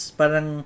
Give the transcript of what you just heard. parang